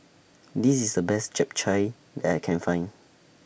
This IS The Best Japchae that I Can Find